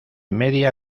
media